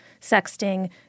Sexting